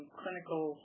clinical